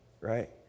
right